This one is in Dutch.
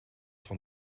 van